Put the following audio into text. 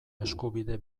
eskubide